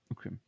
Okay